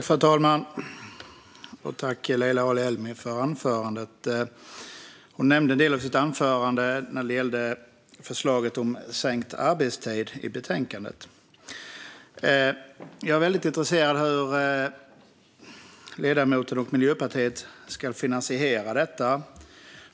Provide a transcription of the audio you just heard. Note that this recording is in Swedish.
Fru talman! Jag tackar Leila Ali Elmi för anförandet. Hon nämnde en del om det förslag om sänkt arbetstid som finns i betänkandet. Jag är väldigt intresserad av hur ledamoten och Miljöpartiet ska finansiera detta.